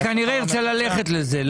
אני כנראה ארצה ללכת לזה,